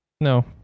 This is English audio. No